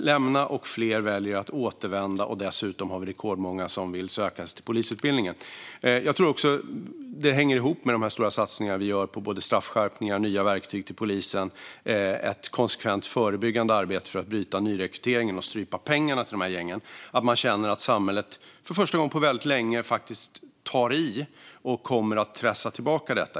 lämna yrket och fler väljer att återvända. Dessutom har vi rekordmånga som vill söka till polisutbildningen. Jag tror också att det hänger ihop med de stora satsningar vi gör på både straffskärpningar och nya verktyg till polisen samt på det konsekvent förebyggande arbetet för att bryta nyrekryteringen och strypa pengarna till de här gängen. Man känner att samhället för första gången på väldigt länge faktiskt tar i och kommer att pressa tillbaka detta.